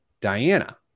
Diana